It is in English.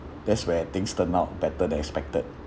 that's where things turn out better than expected